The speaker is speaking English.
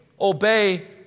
obey